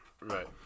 Right